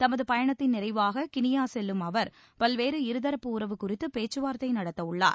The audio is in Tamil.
தமது பயனத்தின் நிறைவாக கினியா செல்லும் அவர் பல்வேறு இருதரப்பு உறவு குறித்து பேச்சுவார்த்தை நடத்தவுள்ளார்